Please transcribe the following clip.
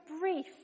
brief